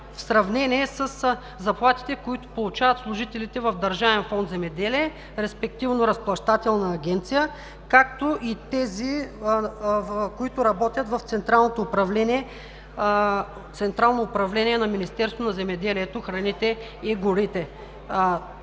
в сравнение със заплатите, които получават служителите в Държавен фонд „Земеделие“, респективно Разплащателна агенция, както и тези, които работят в централното управление на Министерството на земеделието, храните и горите.